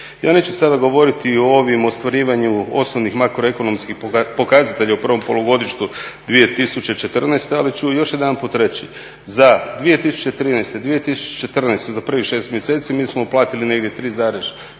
Ja neću sada govoriti o ovom ostvarivanju osnovnih makroekonomskih pokazatelja u provom polugodištu 2014., ali ću još jedanput reći za 2013. i 2014. za prvih šest mjeseci mi smo uplatili negdje 3,6